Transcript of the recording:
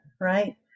right